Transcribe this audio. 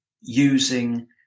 using